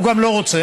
הוא גם לא רוצה,